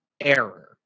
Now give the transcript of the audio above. error